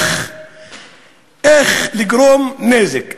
איך לגרום נזק,